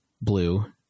blue